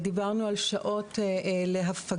דיברנו על שעות להפגה